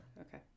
okay